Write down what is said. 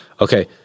Okay